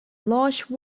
large